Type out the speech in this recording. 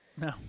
No